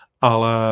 ale